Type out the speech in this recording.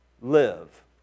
live